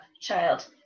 child